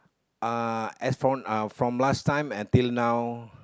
uh as from uh from last time until now